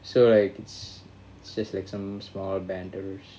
so like it's it's just like some small banters